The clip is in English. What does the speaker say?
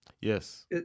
Yes